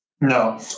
no